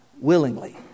willingly